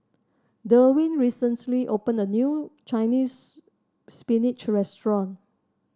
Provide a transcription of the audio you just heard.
Derwin recently opened a new Chinese Spinach restaurant